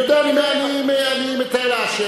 אני יודע, אני מתאר לעצמי.